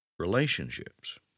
relationships